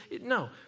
No